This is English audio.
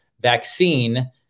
vaccine